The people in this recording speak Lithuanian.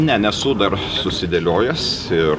ne nesu dar susidėliojęs ir